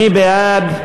מי בעד?